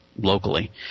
locally